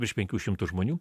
virš penkių šimtų žmonių